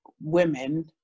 women